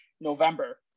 November